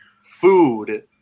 food